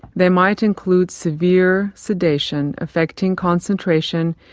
they might include severe sedation, affecting concentration,